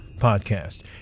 Podcast